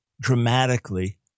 dramatically